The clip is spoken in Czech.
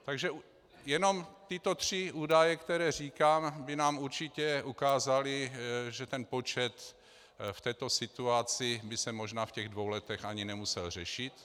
Takže jenom tyto tři údaje, které říkám, by nám určitě ukázaly, že ten počet v této situaci by se možná v těch dvou letech ani nemusel řešit.